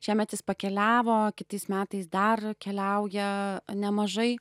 šiemet jis pakeliavo kitais metais dar keliauja nemažai